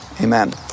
Amen